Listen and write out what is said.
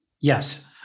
Yes